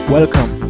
Welcome